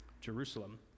Jerusalem